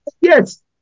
Yes